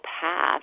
path